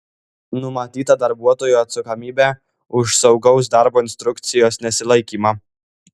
numatyta darbuotojų atsakomybė už saugaus darbo instrukcijos nesilaikymą